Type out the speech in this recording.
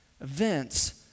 events